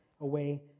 away